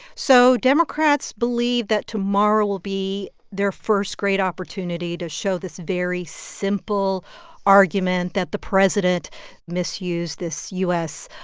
so democrats believe that tomorrow will be their first great opportunity to show this very simple simple argument that the president misused this u s.